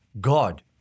God